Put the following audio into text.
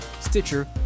Stitcher